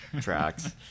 tracks